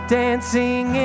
dancing